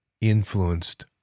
influenced